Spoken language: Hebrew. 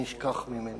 נשכח ממני.